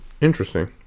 interesting